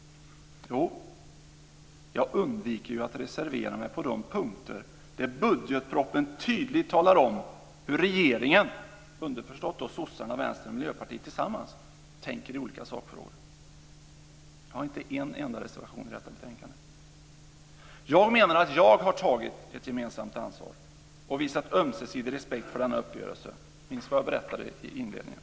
Jag undviker att reservera mig på de punkter där budgetpropositionen tydligt talar om hur regeringen - underförstått Socialdemokraterna, Vänstern och Miljöpartiet tillsammans - tänker i olika sakfrågor. Jag har inte en enda reservation i detta betänkande. Jag menar att jag har tagit ett gemensamt ansvar och visat ömsesidig respekt för denna uppgörelse. Minns vad jag berättade i inledningen.